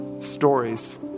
stories